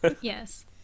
Yes